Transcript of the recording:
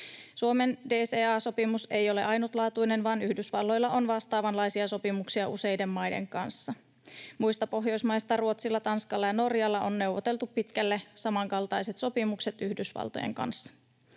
Suomen DCA-sopimus ei ole ainutlaatuinen, vaan Yhdysvalloilla on vastaavanlaisia sopimuksia useiden maiden kanssa. Muista Pohjoismaista Ruotsilla, Tanskalla ja Norjalla on neuvoteltu pitkälle samankaltaiset sopimukset Yhdysvaltojen kanssa.